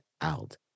out